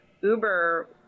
Uber